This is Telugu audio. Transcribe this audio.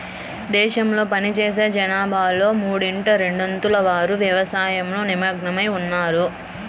దేశంలో పనిచేసే జనాభాలో మూడింట రెండొంతుల వారు వ్యవసాయంలో నిమగ్నమై ఉన్నారు